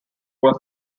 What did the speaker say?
was